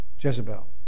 Jezebel